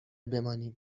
بمانیم